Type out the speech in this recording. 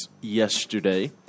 yesterday